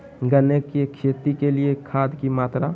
गन्ने की खेती के लिए खाद की मात्रा?